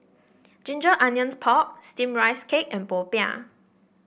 Ginger Onions Pork steam Rice Cake and popiah